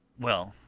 well,